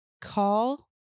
call